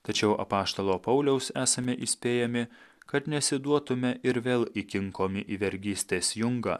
tačiau apaštalo pauliaus esame įspėjami kad neišsiduotume ir vėl įkinkomi į vergystės jungą